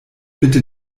bitte